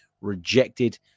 rejected